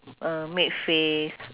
uh make face